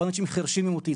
או לאנשים חירשים עם אוטיזם.